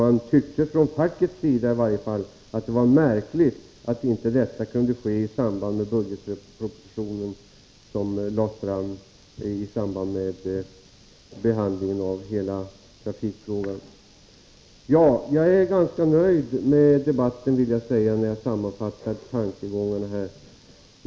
Man tyckte, i varje 27 fall från fackets sida, att det var märkligt att detta inte kunde ske i samband med budgetpropositionen som lades fram i samband med behandlingen av hela trafikfrågan. När jag sammanfattar tankegångarna här är jag ganska nöjd med debatten.